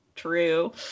True